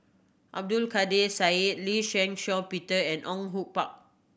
Abdul Kadir Syed Lee Shih Shiong Peter and Au Hue Pak